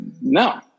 No